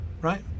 right